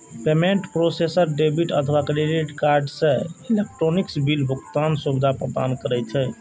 payment processor debit अथवा credit card सं electronic bill भुगतानक सुविधा प्रदान करै छै